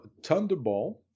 Thunderball